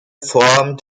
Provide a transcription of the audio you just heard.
form